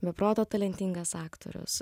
be proto talentingas aktorius